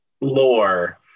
lore